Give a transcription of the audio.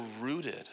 rooted